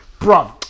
Bro